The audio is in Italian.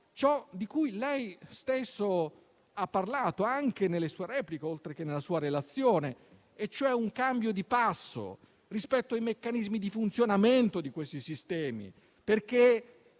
ciò di cui lei stesso ha parlato anche nelle sue repliche, oltre che nella sua relazione, ossia un cambio di passo rispetto ai meccanismi di funzionamento di questi sistemi.